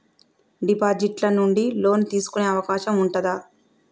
Deposit ల నుండి loan తీసుకునే అవకాశం ఉంటదా?